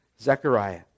Zechariah